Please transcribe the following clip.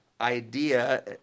idea